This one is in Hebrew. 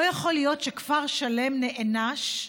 לא יכול להיות שכפר שלם נענש,